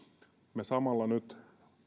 me samalla nyt